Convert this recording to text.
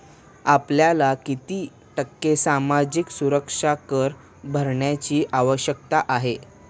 आपल्याला किती टक्के सामाजिक सुरक्षा कर भरण्याची आवश्यकता आहे?